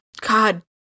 God